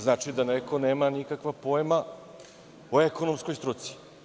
Znači da neko nema nikakva pojma o ekonomskoj struci.